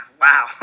wow